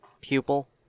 pupil